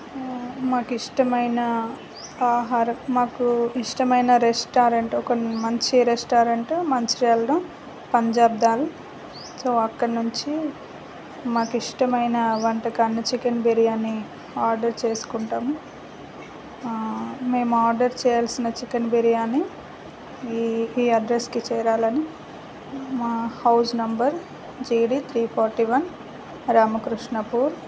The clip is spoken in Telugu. మాకు ఇష్టమైనన ఆహారం మాకు ఇష్టమైన రెస్టారెంట్ ఒక మంచి రెస్టారెంట్ మంచిర్యాలలో పంజాబ్ది అని సో అక్కడ నుంచి మాకు ఇష్టమైన వంటకాన్ని చికెన్ బిర్యాని ఆర్డర్ చేసుకుంటాము మేము ఆర్డర్ చేయాల్సిన చికెన్ బిర్యాని ఈ అడ్రస్కి చేరాలని మా house number JD three forty one Ramakrishnapur